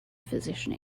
physician